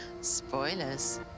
spoilers